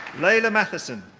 layla mathieson.